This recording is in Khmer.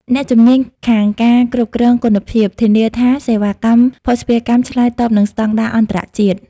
អ្នកជំនាញខាងការគ្រប់គ្រងគុណភាព ធានាថាសេវាកម្មភស្តុភារកម្មឆ្លើយតបនឹងស្តង់ដារអន្តរជាតិ។